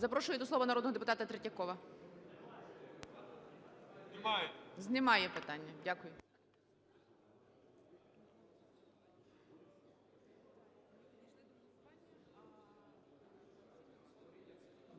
Запрошую до слова народного депутата Третьякова. Знімає питання. Дякую.